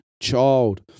Child